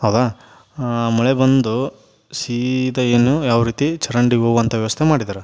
ಹೌದಾ ಮಳೆ ಬಂದು ಸೀದಾ ಏನು ಯಾವ ರೀತಿ ಚರಂಡಿಗೆ ಹೋಗುವಂಥ ವ್ಯವಸ್ಥೆ ಮಾಡಿದ್ದಾರೆ